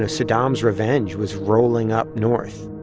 ah saddam's revenge was rolling up north.